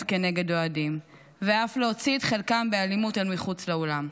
כנגד אוהדים ואף להוציא את חלקם באלימות אל מחוץ לאולם.